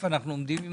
היכן אנחנו עומדים?